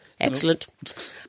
Excellent